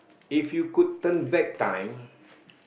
if you could turn back time